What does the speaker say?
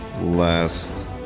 last